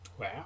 Wow